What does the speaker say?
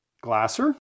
Glasser